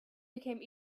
became